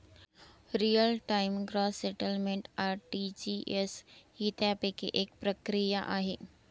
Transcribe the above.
real time gross settlement RTGS ही त्यापैकी एक प्रक्रिया आहे